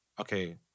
okay